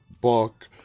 book